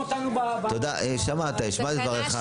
השמעת את דבריך,